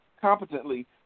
competently